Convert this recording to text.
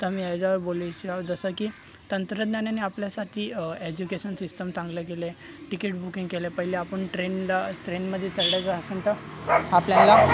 तर मी याच्यावर बोलू इच्छितो जसं की तंत्रज्ञानाने आपल्यासाठी एजुकेशन सिस्टम चांगले केले तिकीट बुकिंग केले पहिले आपण ट्रेनला ट्रेनमध्ये चढायचं असेल तर आपल्याला